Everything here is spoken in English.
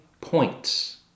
points